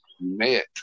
met